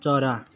चरा